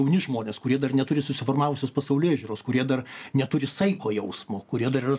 jauni žmonės kurie dar neturi susiformavusios pasaulėžiūros kurie dar neturi saiko jausmo kurie dar yra